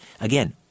again